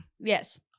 Yes